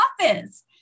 office